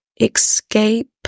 escape